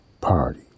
Party